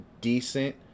decent